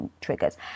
triggers